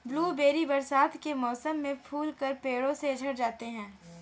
blueberry बरसात के मौसम में फूलकर पेड़ों से झड़ जाते हैं